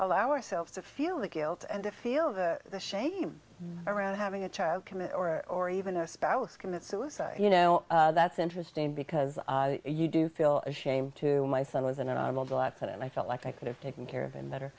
allow ourselves to feel the guilt and to feel shame around having a child commit or or even a spouse commit suicide you know that's interesting because you do feel a shame to my son was in an automobile accident i felt like i could have taken care of him better